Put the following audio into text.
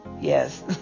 Yes